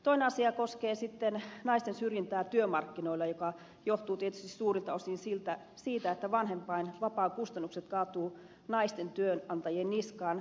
toinen asia koskee naisten syrjintää työmarkkinoilla joka johtuu tietysti suurelta osin siitä että vanhempainvapaakustannukset kaatuvat naisten työnantajien niskaan